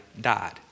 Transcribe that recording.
died